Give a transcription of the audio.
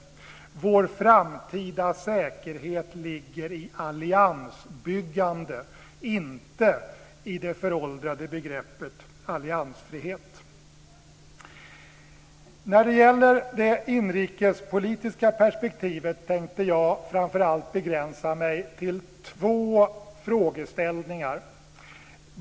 Vår framtida säkerhet ligger i alliansbyggande, inte i det föråldrade begreppet alliansfrihet. När det gäller det inrikespolitiska perspektivet tänkte jag begränsa mig till två frågor.